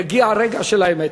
יגיע רגע האמת,